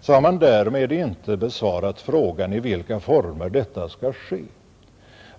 så har man därmed inte besvarat frågan i vilka former detta skall ske.